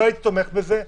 לא הייתי תומך בזה.